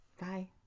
Bye